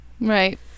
Right